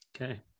Okay